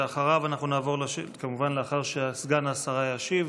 לאחר שסגן השר ישיב,